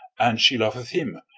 and she loveth him,